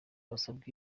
hasabwa